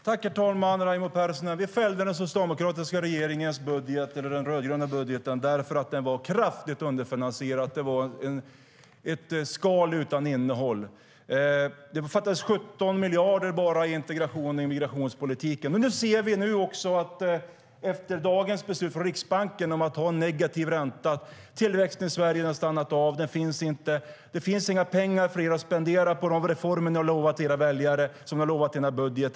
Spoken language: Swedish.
Herr talman! Vi fällde den rödgröna budgeten för att den var kraftigt underfinansierad. Det var ett skal utan innehåll. Det fattades 17 miljarder bara i integrations och migrationspolitiken.I dag beslutade Riksbanken att ha negativ ränta. Tillväxten i Sverige har stannat av; den finns inte. Det finns inga pengar att spendera på de reformer ni har lovat era väljare i budgeten.